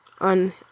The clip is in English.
On